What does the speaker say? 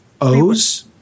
O's